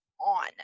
on